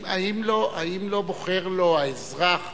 האם לא בוחר לו האזרח